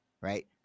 right